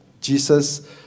Jesus